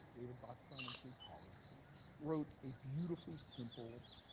david botstein and three colleagues wrote a beautifully simple,